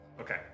okay